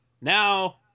Now